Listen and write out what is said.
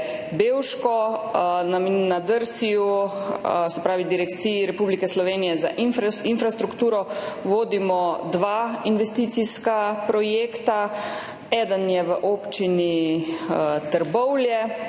na DRSI, se pravi Direkciji Republike Slovenije za infrastrukturo, vodimo dva investicijska projekta. Eden je v občini Trbovlje,